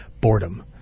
Boredom